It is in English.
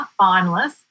finalists